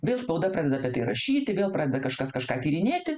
vėl spauda prideda apie tai rašyti vėl pradeda kažkas kažką tyrinėti